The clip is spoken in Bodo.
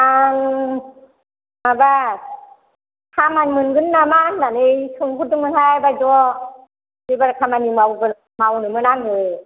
आं माबा खामानि मोनगोन नामा होन्नानै सोंहरदोंमोनहाय बायद' लेबार खामानि मावगोन मावनोमोन आङो